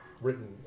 Written